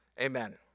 Amen